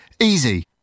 Easy